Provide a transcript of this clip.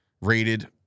Rated